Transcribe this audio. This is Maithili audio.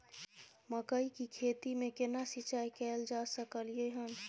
मकई की खेती में केना सिंचाई कैल जा सकलय हन?